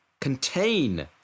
contain